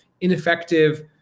ineffective